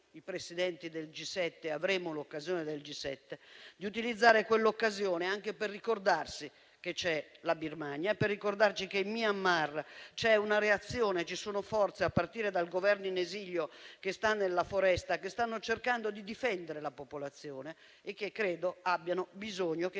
che l'Italia avrà la Presidenza del G7, di utilizzare quell'occasione anche per ricordarsi che c'è la Birmania, che in Myanmar c'è una reazione, che ci sono forze, a partire dal Governo in esilio nella foresta, che stanno cercando di difendere la popolazione e che credo abbiano bisogno che